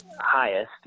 highest